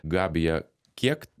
gabija kiek